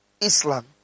Islam